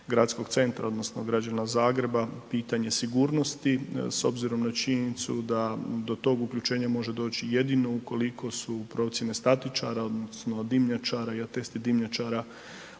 gradskog centra odnosno građana Zagreba pitanje sigurnosti s obzirom na činjenicu da do tog uključenja može doći jedino ukoliko su procijene statičara odnosno dimnjačara i atesti dimnjačara